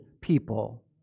people